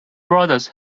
brothers